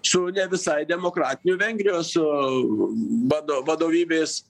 su ne visai demokratiniu vengrijos vado vadovybės